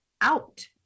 out